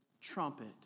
Trumpet